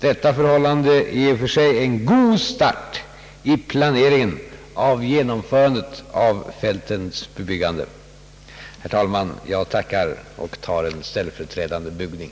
Detta förhållande är i och för sig en god start i planeringen av genomförandet av fältets bebyggande.» Herr talman, jag tackar och gör en ställföreträdande bugning.